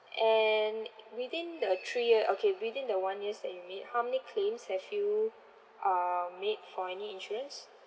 and within the three year okay within the one years that you made how many claims that you uh made for any insurance